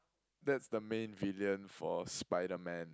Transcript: that's the main villain for Spiderman